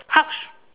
touch